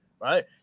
right